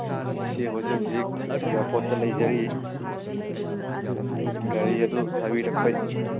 ꯑꯩꯁꯤ ꯍꯧꯖꯤꯛ ꯍꯧꯖꯤꯛ ꯏꯌꯔꯄꯣꯔꯠꯇ ꯂꯩꯖꯔꯤ ꯒꯥꯔꯤ ꯑꯗꯨ ꯊꯥꯕꯤꯔꯛꯄ